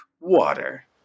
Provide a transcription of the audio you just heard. Water